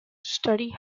study